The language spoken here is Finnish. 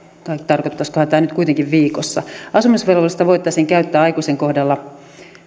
tarkoittaisikohan tämä nyt kuitenkin viikossa asumisvelvollisuutta voitaisiin käyttää aikuisen kohdalla